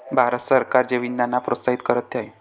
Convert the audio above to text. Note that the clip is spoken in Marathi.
भारत सरकार जैवइंधनांना प्रोत्साहित करीत आहे